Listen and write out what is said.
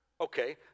Okay